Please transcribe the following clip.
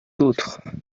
autre